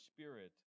Spirit